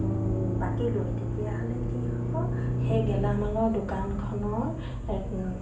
বাকী লৈ তেতিয়াহ'লে কি হ'ব সেই গেলামালৰ দোকানখনৰ